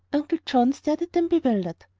uncle john stared at them bewildered.